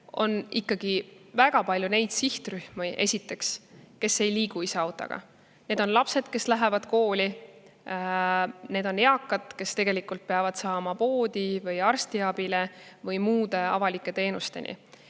on väga palju neid sihtrühmi, kes ei liigu ise autoga. Need on lapsed, kes lähevad kooli, need on eakad, kes peavad saama poodi, arstiabi juurde või muude avalike teenusteni.